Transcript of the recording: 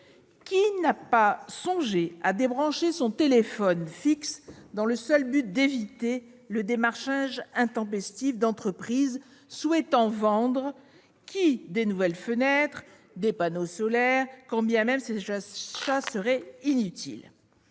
Qui n'a jamais songé à débrancher son téléphone fixe dans le seul but d'éviter le démarchage intempestif d'entreprises souhaitant vendre, qui de nouvelles fenêtres, qui des panneaux solaires, quand bien même ces achats seraient inutiles ?